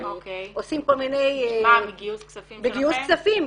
עושים כל מיני ----- בגיוס כספים -- בגיוס כספים,